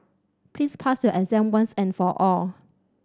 please pass your exam once and for all